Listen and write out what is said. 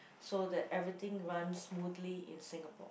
so that everything run smoothly in Singapore